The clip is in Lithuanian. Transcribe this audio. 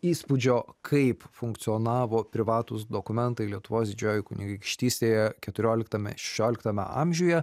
įspūdžio kaip funkcionavo privatūs dokumentai lietuvos didžiojoj kunigaikštystėje keturioliktame šešioliktame amžiuje